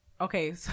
Okay